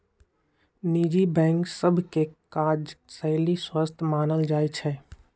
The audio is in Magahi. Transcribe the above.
निजी बैंक सभ के काजशैली स्वस्थ मानल जाइ छइ